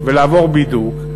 ולעבור בידוק.